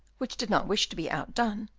which did not wish to be outdone,